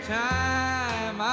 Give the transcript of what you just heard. time